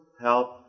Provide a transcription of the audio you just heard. help